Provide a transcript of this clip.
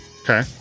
Okay